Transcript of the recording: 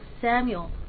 Samuel